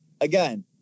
again